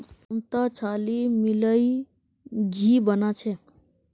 ममता छाली मिलइ घी बना छ